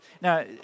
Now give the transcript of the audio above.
now